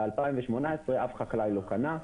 ב-2018 אף חקלאי לא קנה,